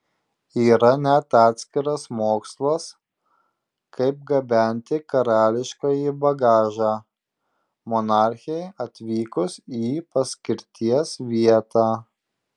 yra net atskiras mokslas kaip gabenti karališkąjį bagažą monarchei atvykus į paskirties vietą